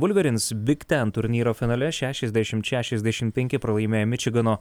vulveryns big ten turnyro finale šešiasdešimt šešiasdešim penki pralaimėjo mičigano